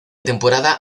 temporada